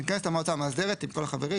מתכנסת המועצה המאסדרת עם כל החברים,